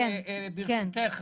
ברשותך,